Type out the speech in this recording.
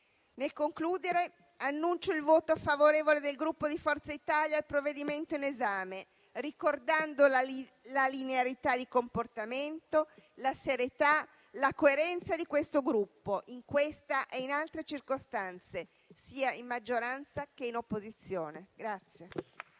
Nel concludere, annuncio il voto favorevole del Gruppo Forza Italia al provvedimento in esame, ricordando la linearità di comportamento, la serietà, la coerenza di questo Gruppo in questa e in altre circostanze, sia in maggioranza che in opposizione.